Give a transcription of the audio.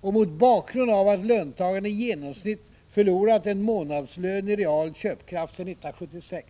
Och mot bakgrund av att löntagarna i genomsnitt förlorat en månadslön i real köpkraft sedan 1976